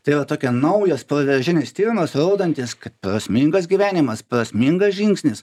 tai yra tokia naujas proveržinis tyrimas rodantis kad prasmingas gyvenimas prasmingas žingsnis